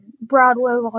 Broadway